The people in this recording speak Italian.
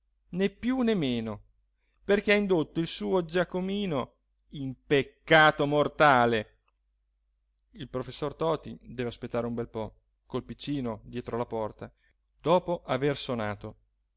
né più ne meno perché ha indotto il suo giacomino in peccato mortale il professor toti deve aspettare un bel po col piccino dietro la porta dopo aver sonato